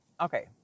okay